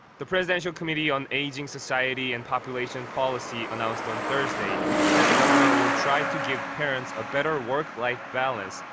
the presidential committee on ageing society and population policy announced on thursday that the government will try to give parents a better work-life balance.